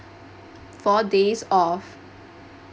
four days of